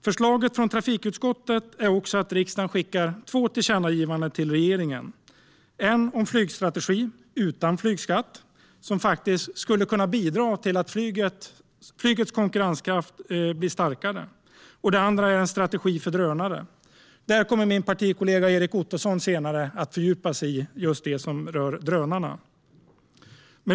Förslaget från trafikutskottet är att riksdagen skickar två tillkännagivanden till regeringen, ett om en flygstrategi utan flygskatt, vilket skulle kunna bidra till att flygets konkurrenskraft blir starkare, ett om en strategi för drönare. Det som rör drönarna kommer min partikollega Erik Ottoson att fördjupa sig i senare.